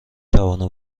توانم